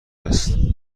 است